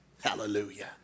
Hallelujah